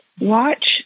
Watch